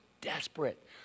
desperate